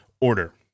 order